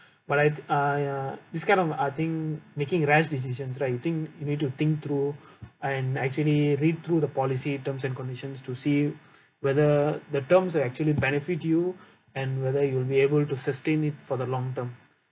but I ah ya this kind of I think making rash decisions right you think you need to think through and actually read through the policy terms and conditions to see whether the terms will actually benefit you and whether you'll be able to sustain it for the long term